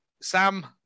Sam